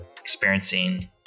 experiencing